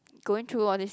going through all these